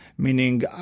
Meaning